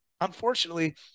unfortunately